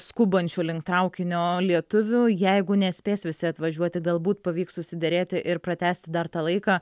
skubančių link traukinio lietuvių jeigu nespės visi atvažiuoti galbūt pavyks susiderėti ir pratęsti dar tą laiką